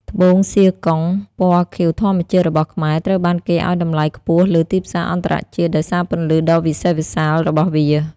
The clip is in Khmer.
ត្បូងហ្សៀកុង (Zircon) ពណ៌ខៀវធម្មជាតិរបស់ខ្មែរ ត្រូវបានគេឱ្យតម្លៃខ្ពស់លើទីផ្សារអន្តរជាតិដោយសារពន្លឺដ៏វិសេសរបស់វា។